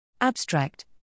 Abstract